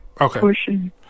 Okay